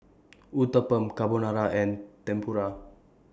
Uthapam Carbonara and Tempura